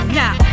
now